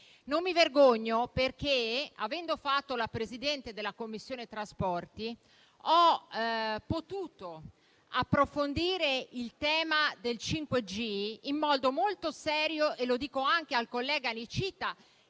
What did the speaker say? Non mi vergogno perché, avendo fatto la Presidente della Commissione trasporti, ho potuto approfondire il tema del 5G in modo molto serio. Lo dico anche al collega Licita,